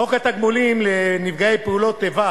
חוק התגמולים לנפגעי פעולות איבה